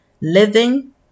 living